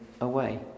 away